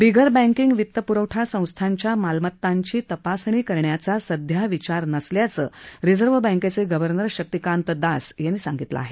बिगर banking वित्तपुरवठा संस्थांच्या मालमतांची तपासणी करण्याचा सध्या विचार नसल्याचं रिझर्व बँकेचे गव्हर्नर शक्तीकांत दास यांनी सांगितलं आहे